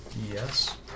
Yes